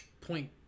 point